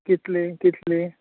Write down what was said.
कितली कितली